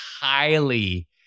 highly